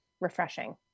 refreshing